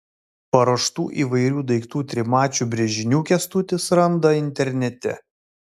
paruoštų įvairių daiktų trimačių brėžinių kęstutis randa internete